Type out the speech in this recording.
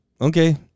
Okay